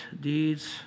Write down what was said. deeds